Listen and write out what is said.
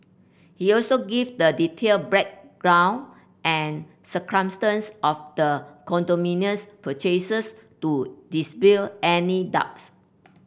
he also gave the detailed background and circumstances of the condominium purchases to dispel any doubts